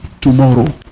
tomorrow